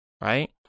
right